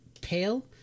pale